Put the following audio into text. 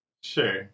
Sure